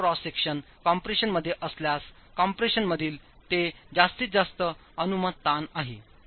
संपूर्ण cross section कम्प्रेशनमध्ये असल्यास कॉम्प्रेशनमधीलते जास्तीत जास्त अनुमत ताण आहे